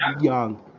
young